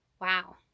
Wow